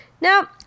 Now